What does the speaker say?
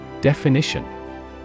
Definition